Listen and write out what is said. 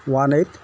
one eight